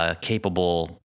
Capable